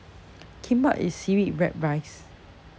kimbap is seaweed wrap rice